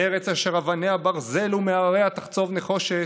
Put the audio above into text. ארץ אשר אבניה ברזל ומהרריה תחצֹב נחֹשת.